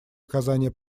оказание